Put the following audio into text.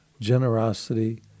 generosity